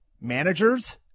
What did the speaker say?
managers